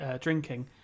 drinking